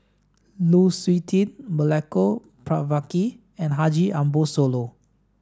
Lu Suitin Milenko Prvacki and Haji Ambo Sooloh